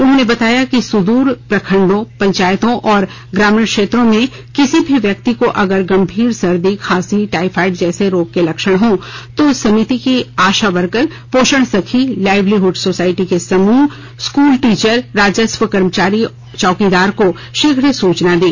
उन्होंने बताया कि सुदूर प्रखंडों पंचायतों और ग्रामीण क्षेत्रों में किसी भी व्यक्ति को अगर गंभीर सर्दी खांसी टाइफाइड जैसे रोग के लक्षण हों तो समिति की आशा वर्कर पोषण सखी लाइवलीहड सोसायटी के समूह स्कूल टीचर राजस्व कर्मचारी चौकीदार को शीघ्र सुचना दें